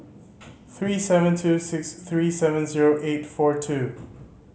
three seven two six three seven zero eight four two